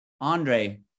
Andre